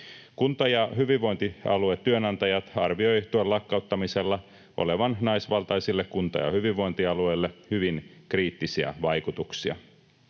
Kunta- ja hyvinvointialueen työnantajat arvioivat tuen lakkauttamisella olevan naisvaltaisille kunta- ja hyvinvointialueille hyvin kriittisiä vaikutuksia.